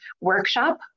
workshop